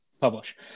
publish